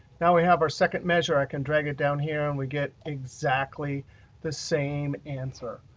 now we have our second measure, i can drag it down here and we get exactly the same answer.